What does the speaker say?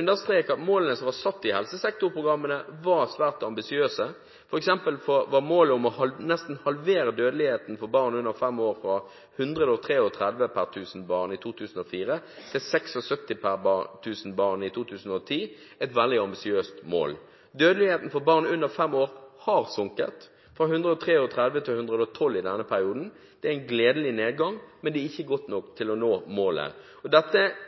understreke at målene som var satt i helsesektorprogrammene, var svært ambisiøse. For eksempel var målet om nesten å halvere dødeligheten for barn under 5 år fra 133 per 1 000 barn i 2004 til 76 per 1 000 barn i 2010, et veldig ambisiøst mål. Dødeligheten for barn under 5 år har sunket fra 133 til 112 i denne perioden. Det er en gledelig nedgang, men det er ikke godt nok til å nå målet. Dette viser jo litt av målstyringens paradoks og